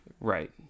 Right